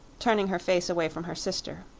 turning her face away from her sister.